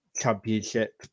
championship